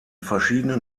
verschiedenen